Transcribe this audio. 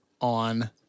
on